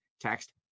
Text